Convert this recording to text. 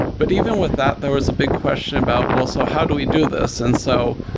but even with that, there was a big question about, well, so how do we do this? and so,